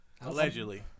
Allegedly